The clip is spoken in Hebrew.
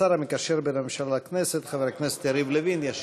השר המקשר בין הממשלה לכנסת חבר הכנסת יריב לוין ישיב.